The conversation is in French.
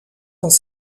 dans